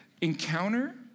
encounter